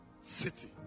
city